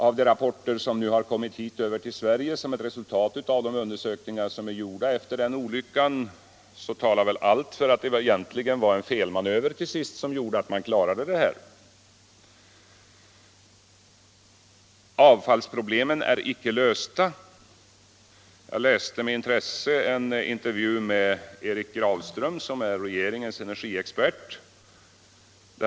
Av de rapporter som nu har kommit hit till Sverige som ett resultat av de undersökningar som gjorts efter olyckan verkar det som om det till sist var en felmanöver som gjorde att man klarade det hela. Avfallsproblemen är icke lösta. Jag läste med intresse en intervju med Erik Grafström, som är regeringens energiexpert.